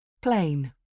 Plain